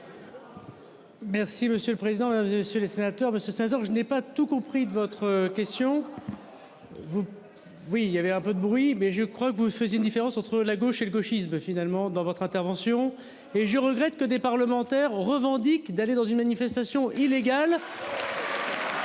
Merci monsieur le président vous avez su les sénateurs parce que 16h. Je n'ai pas. Tout compris de votre question. Vous, oui il y avait un peu de bruit mais je crois que vous faisiez une différence entre la gauche et le gauchisme finalement dans votre intervention et je regrette que des parlementaires au revendique d'aller dans une manifestation illégale.